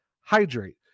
Hydrate